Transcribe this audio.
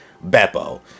Beppo